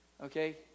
Okay